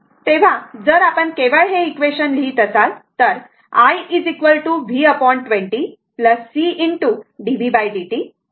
तर जर आपण केवळ हे इक्वेशन लिहित असाल तर i v 20 c d v d t